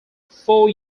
four